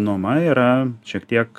nuoma yra šiek tiek